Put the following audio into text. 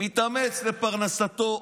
מתאמץ לפרנסתו,